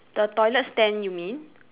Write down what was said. the toilet stand you mean